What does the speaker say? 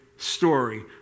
story